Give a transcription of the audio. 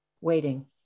waiting